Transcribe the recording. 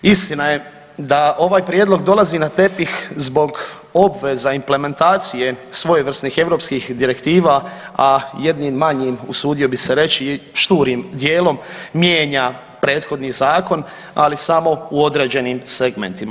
Istina je da ovaj prijedlog dolazi na tepih zbog obveza implementacije svojevrsnih europskih direktiva, a jednim manjim usudio bih se reći šturim dijelom mijenja prethodni zakon ali samo u određenim segmentima.